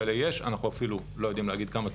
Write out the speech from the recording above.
אנחנו לא יודעים להגיד כמה כאלה יש ואנחנו